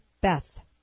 Beth